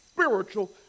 spiritual